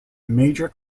major